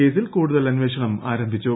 കേസിൽ കൂടുതൽ അന്വേഷണ്ണ്ട് ആരംഭിച്ചു